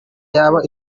yaba